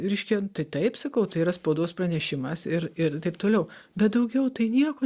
reiškia tai taip sakau tai yra spaudos pranešimas ir ir taip toliau bet daugiau tai nieko